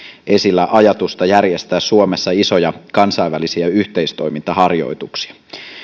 esillä ajatusta järjestää suomessa isoja kansainvälisiä yhteistoimintaharjoituksia